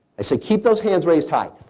i say, keep those hands raised high.